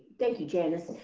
thank you, janis.